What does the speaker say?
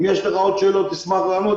אם יש לך עוד שאלות, אשמח לענות.